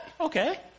Okay